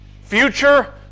future